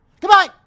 Goodbye